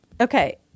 okay